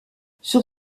sur